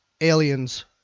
aliens